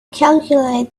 calculator